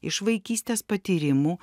iš vaikystės patyrimų